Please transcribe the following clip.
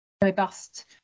robust